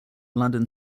london